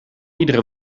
iedere